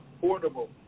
Portable